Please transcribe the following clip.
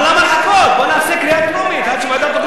אבל למה, בוא נעשה קריאה טרומית עד שהוועדה תחליט.